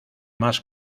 más